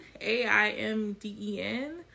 A-I-M-D-E-N